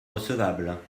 recevable